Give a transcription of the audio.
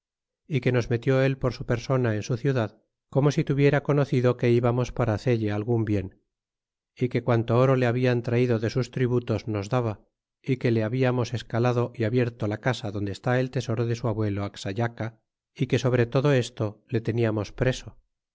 y que nos metió él por su persona en su ciudad como si tuviera conocido que íbamos para haceile algun bien y que quanto oro le han traido de sus tributos nos daba y que le habiamos escalado y abierto la casa donde está el tesoro de su abuelo axayaca y que sobre todo esto le teniamos preso